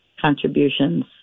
contributions